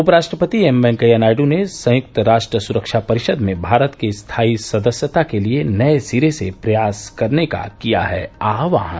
उपराष्ट्रपति एम वेंकैया नायडू ने संयुक्त राष्ट्र सुरक्षा परिषद् में भारत की स्थायी सदस्यता के लिए नये सिरे से प्रयास करने का किया है आह्वान